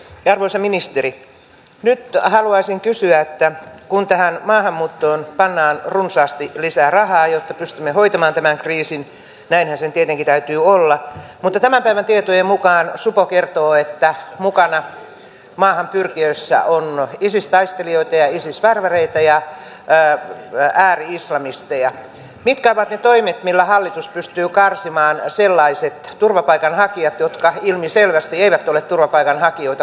arvoisa ministeri nyt haluaisin kysyä että kun tähän maahanmuuttoon pannaan runsaasti lisää rahaa jotta pystymme hoitamaan tämän kriisin näinhän sen tietenkin täytyy olla niin kun tämän päivän tietojen mukaan supo kertoo että mukana maahan pyrkijöissä on isis taistelijoita ja isis värväreitä ja ääri islamisteja niin mitkä ovat ne toimet millä hallitus pystyy karsimaan pois sellaiset turvapaikanhakijat jotka ilmiselvästi eivät ole turvapaikanhakijoita